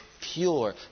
pure